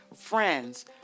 friends